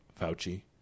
fauci